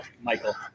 Michael